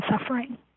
suffering